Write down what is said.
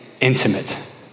intimate